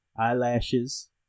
eyelashes